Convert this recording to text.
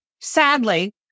Sadly